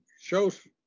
shows